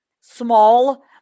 small